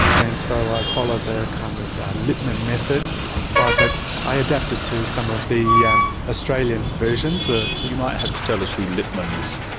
and so i follow the kind of lipmann method, inspired, but i adapt it to some of the yeah australian versions. ah you you might have to tell us who lipmann is.